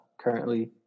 currently